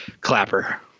clapper